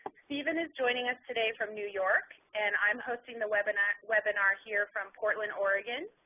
stephen is joining us today from new york, and i'm hosting the webinar webinar here from portland, oregon.